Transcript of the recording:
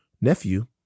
Nephew